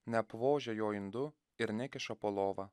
neapvožia jo indu ir nekiša po lova